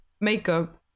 makeup